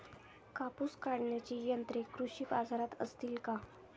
कापूस काढण्याची यंत्रे कृषी बाजारात असतील का?